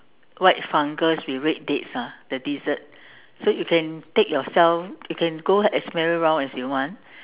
white fungus with red dates ah the dessert you can take yourself you can go as many round as you want